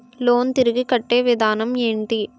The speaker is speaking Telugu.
లోన్ తిరిగి కట్టే విధానం ఎంటి?